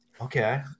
okay